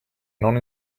non